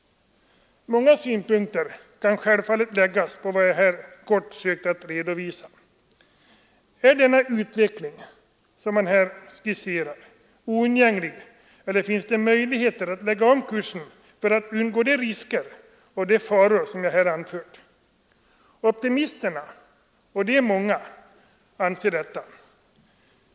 Många synpunkter kan självfallet läggas på vad jag här kort sökt att redovisa. Är den skisserade utvecklingen ofrånkomlig, eller finns det möjligheter att lägga om kursen för att undgå de risker och faror som anförts? Optimisterna — och de är många — anser det.